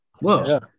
Whoa